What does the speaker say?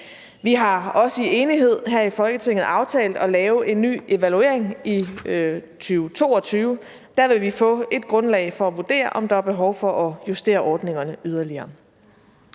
Vi har også i enighed her i Folketinget aftalt at lave en ny evaluering i 2022. Der vil vi få et grundlag for at vurdere, om der er behov for at justere ordningerne yderligere.